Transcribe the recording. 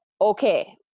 Okay